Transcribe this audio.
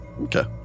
Okay